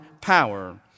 power